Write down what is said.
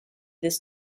this